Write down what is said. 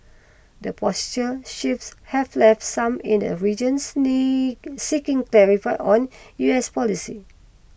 the posture shifts have left some in the region seeking clarify on U S policy